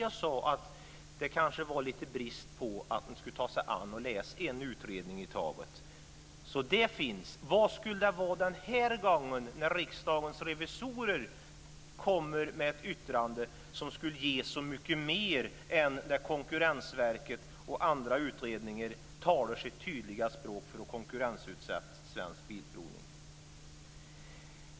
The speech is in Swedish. Jag sade att man kanske borde ta och läsa en utredning i taget. Den här gången ska Riksdagens revisorer lägga fram ett yttrande som ska ge så mycket mer än vad som sägs i det tydliga språket från Konkurrensverket om konkurrensutsättning av Svensk Bilprovning.